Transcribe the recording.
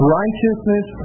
righteousness